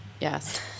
Yes